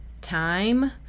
time